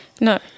No